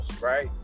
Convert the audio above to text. right